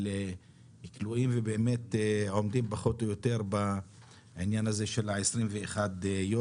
של כלואים ובאמת עומדים פחות או יותר בעניין הזה של ה-21 יום,